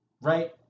right